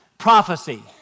Prophecy